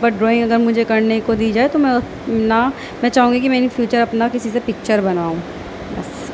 but drawing اگر مجھے کرنے کو دی جائے تو میں نا میں چاہوں گی کہ میری فیوچر اپنا کسی سے پکچر بناؤں بس